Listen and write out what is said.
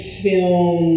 film